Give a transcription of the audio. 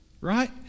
right